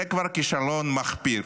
זה כבר כישלון מחפיר.